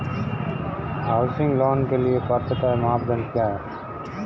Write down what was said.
Housing loan के लिए पात्रता मानदंड क्या हैं?